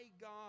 God